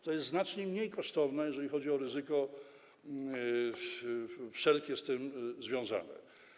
To jest znacznie mniej kosztowne, jeżeli chodzi o ryzyko wszelkie z tym związane.